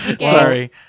sorry